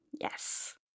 Yes